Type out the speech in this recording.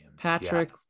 patrick